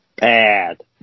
bad